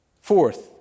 Fourth